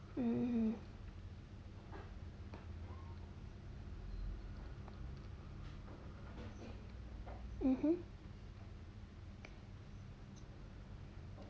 mm mmhmm